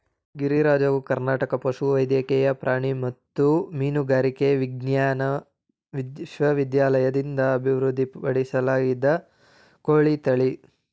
ಗಿರಿರಾಜವು ಕರ್ನಾಟಕ ಪಶುವೈದ್ಯಕೀಯ ಪ್ರಾಣಿ ಮತ್ತು ಮೀನುಗಾರಿಕೆ ವಿಜ್ಞಾನ ವಿಶ್ವವಿದ್ಯಾಲಯದಿಂದ ಅಭಿವೃದ್ಧಿಪಡಿಸಲಾದ ಕೋಳಿ ತಳಿ